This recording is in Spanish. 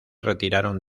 retiraron